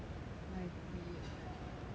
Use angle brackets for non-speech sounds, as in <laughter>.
ninety !aiya! <noise>